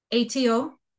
ATO